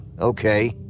Okay